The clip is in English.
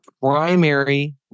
primary